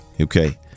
Okay